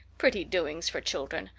pretty doings for children.